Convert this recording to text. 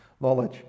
knowledge